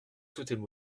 souhaitez